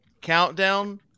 countdown